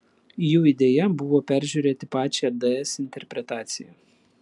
jų idėja buvo peržiūrėti pačią ds interpretaciją